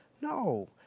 No